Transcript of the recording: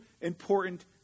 important